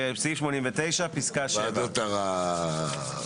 סעיף 89, פסקה (7).